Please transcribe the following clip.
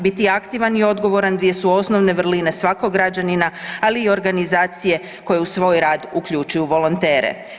Biti aktivan i odgovoran dvije su osnovne vrline svakog građanina, ali i organizacije koje u svoj rad uključuju volontere.